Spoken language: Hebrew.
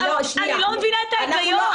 אני לא מבינה את ההיגיון.